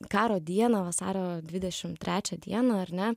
karo dieną vasario dvidešim trečią dieną ar ne